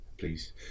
Please